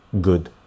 good